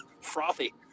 Frothy